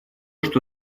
что